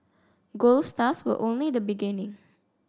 gold stars were only the beginning